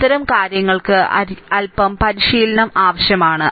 അത്തരം കാര്യങ്ങൾക്ക് അൽപ്പം പരിശീലനം ആവശ്യമാണ്